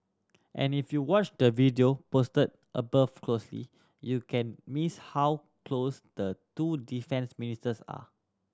and if you watch the video posted above closely you can miss how close the two defence ministers are